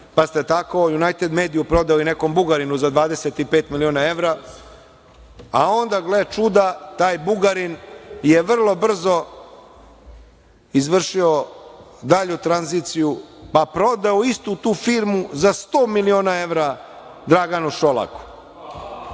pa ste tako „Junajted mediju“ prodali nekom Bugarinu za 25 miliona evra a onda, gle čuda, taj Bugarin je vrlo brzo izvršio dalju tranziciju pa prodao istu tu firmu za 100 miliona evra Draganu Šolaku.